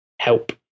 help